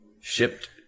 shipped